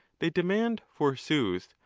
they demand, forsooth,